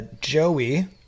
Joey